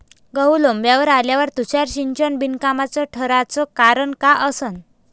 गहू लोम्बावर आल्यावर तुषार सिंचन बिनकामाचं ठराचं कारन का असन?